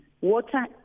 water